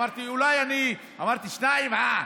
אמרתי, אולי אני, אמרתי, שניים, אה.